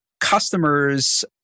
customers